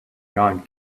gone